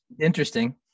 interesting